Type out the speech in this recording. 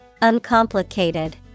Uncomplicated